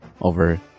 over